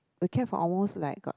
we kept for almost like a